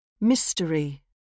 Mystery